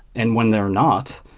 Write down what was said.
and when they're not,